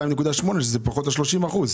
2.8 מיליון שקלים שזה פחות 30 אחוזים?